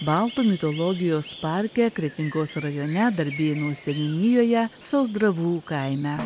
baltų mitologijos parke kretingos rajone darbėnų seniūnijoje sausdravų kaime